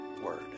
word